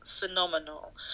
phenomenal